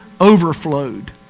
overflowed